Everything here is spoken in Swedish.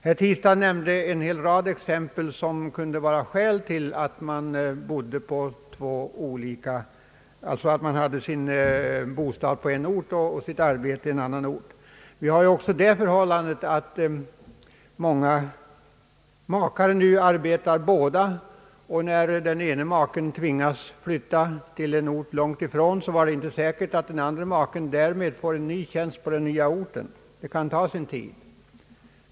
Herr Tistad nämnde en hel rad exempel på skäl till att man hade sin bo stad på en ort och sitt arbete på en annan. Vi har också att ta hänsyn till det förhållandet, att i många fall båda makarna har anställning, och när den ene maken tvingas att flytta till annan ort på långt avstånd från bostadsorten är det inte säkert att den andra maken därmed får en tjänst på den nya orten. Det kan ta'sin tid.